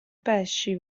pesci